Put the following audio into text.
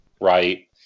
right